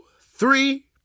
three